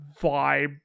vibe